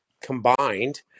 combined